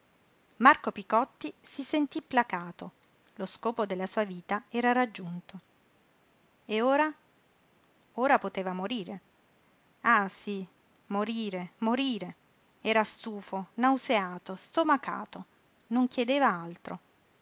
marco picotti si sentí placato lo scopo della sua vita era raggiunto e ora ora poteva morire ah sí morire morire era stufo nauseato stomacato non chiedeva altro